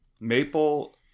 Maple